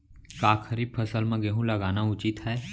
का खरीफ फसल म गेहूँ लगाना उचित है?